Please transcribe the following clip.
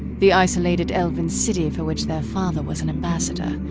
the isolated elven city for which their father was an ambassador.